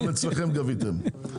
גם אצלכם גביתם.